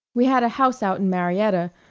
we had a house out in marietta,